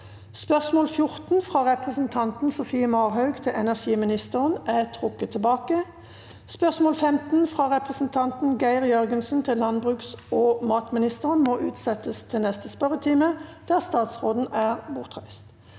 Spørsmål 14, frå representanten Sofie Marhaug til energiministeren, er trekt tilbake. Spørsmål 15, frå representanten Geir Jørgensen til landbruks- og matministeren, må utsetjast til neste spørjetime, då statsråden er bortreist.